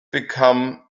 become